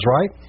right